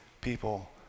people